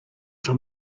from